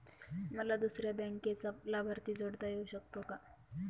मला दुसऱ्या बँकेचा लाभार्थी जोडता येऊ शकतो का?